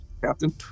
Captain